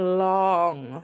long